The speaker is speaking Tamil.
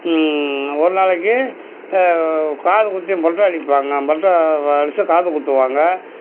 ஒரு நாளைக்கு காது குத்தி மொட்டை அடிப்பாங்க மொட்டை அடிச்சு காது குத்துவாங்க